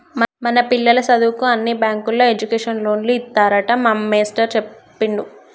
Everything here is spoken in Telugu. మన పిల్లల సదువుకు అన్ని బ్యాంకుల్లో ఎడ్యుకేషన్ లోన్లు ఇత్తారట మా మేస్టారు సెప్పిండు